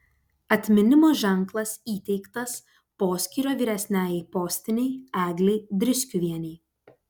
atminimo ženklas įteiktas poskyrio vyresniajai postinei eglei driskiuvienei